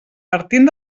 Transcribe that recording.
partint